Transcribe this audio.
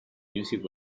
music